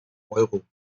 euro